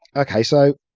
okay so,